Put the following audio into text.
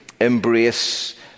embrace